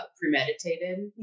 premeditated